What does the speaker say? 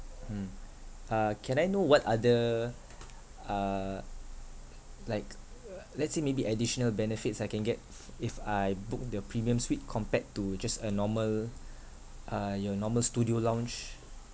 mm uh can I know what other uh like uh let's say maybe additional benefits I can get f~ if I book the premium suite compared to just a normal uh your normal studio lounge